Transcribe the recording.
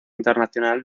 internacional